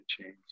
change